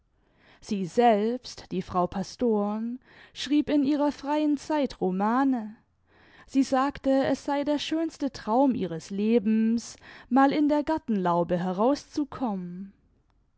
sie selbst die frau pastom schrieb in ihrer freien zeit romane sie sagte es sei der schönste traum ihres lebens mal in der gartenlaube herauszukommen